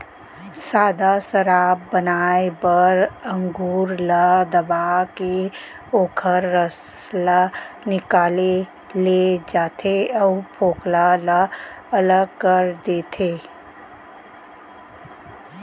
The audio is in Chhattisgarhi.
सादा सराब बनाए बर अंगुर ल दबाके ओखर रसा ल निकाल ले जाथे अउ फोकला ल अलग कर देथे